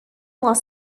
los